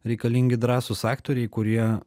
reikalingi drąsūs aktoriai kurie